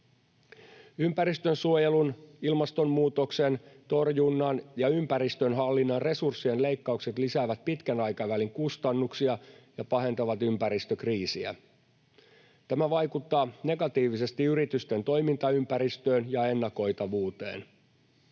Ympäristönsuojelun, ilmastonmuutoksen torjunnan ja ympäristönhallinnan resurssien leikkaukset lisäävät pitkän aikavälin kustannuksia ja pahentavat ympäristökriisiä. Tämä vaikuttaa negatiivisesti yritysten toimintaympäristöön ja ennakoitavuuteen.